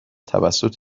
توسط